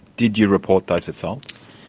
did you report those assaults?